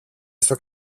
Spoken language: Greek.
στον